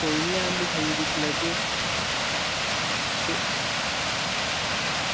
कोई निं अस बिछाइयै दिक्खी लैगे